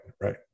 Right